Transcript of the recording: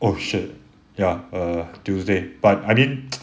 oh shit ya err tuesday but I mean